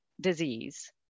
disease